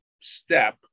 step